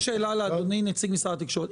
יש לי שאלה לאדוני, נציג משרד התקשורת.